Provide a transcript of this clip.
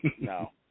no